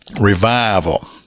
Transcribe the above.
revival